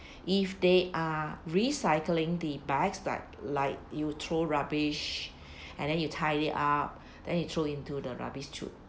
if they are recycling the bags like like you throw rubbish and then you tie it up then you throw into the rubbish chute